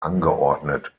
angeordnet